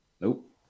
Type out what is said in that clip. Nope